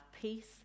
peace